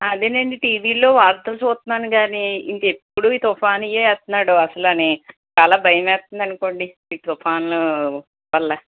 అదేనండి టీవీలో వార్తలు చూస్తున్నాను కానీ ఇంకెప్పుడూ ఈ తుఫానుయే వేస్తున్నాడు అసలని చాలా భయం వేస్తుందనుకోండి ఈ తుఫాన్ల వల్ల